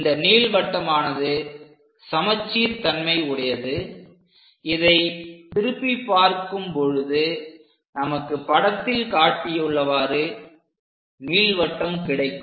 இந்த நீள்வட்டமானது சமச்சீர் தன்மை உடையது இதைத் திருப்பி பார்க்கும் பொழுது நமக்கு படத்தில் காட்டியுள்ளவாறு நீள்வட்டம் கிடைக்கும்